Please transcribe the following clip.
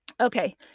Okay